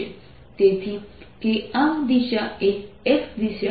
તેથી કે આ દિશા એ x દિશા છે